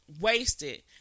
wasted